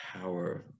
power